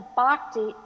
bhakti